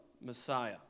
Messiah